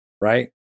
Right